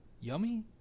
Yummy